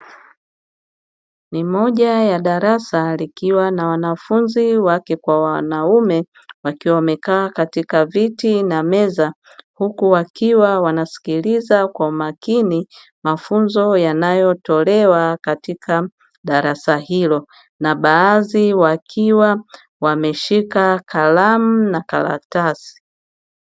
Ni moja ya darasa likiwa na wanafunzi wake kwa wanaume wakiwa wamekaa katika viti na meza huku wakiwa wanasikiliza kwa makini mafunzo yanayotolewa katika darasa hilo na baadhi wakiwa wameshika kalamu na karatasi.